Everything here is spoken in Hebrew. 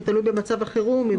תלוי במצב החירום.